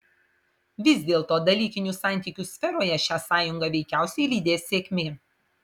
vis dėlto dalykinių santykių sferoje šią sąjungą veikiausiai lydės sėkmė